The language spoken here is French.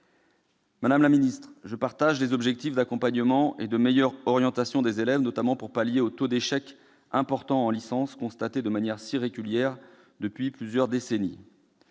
Madame la ministre, je partage les objectifs d'accompagnement et de meilleure orientation des élèves, notamment pour pallier le taux d'échec important en licence, constaté de manière si régulière depuis plusieurs décennies.